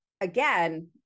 again